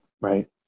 Right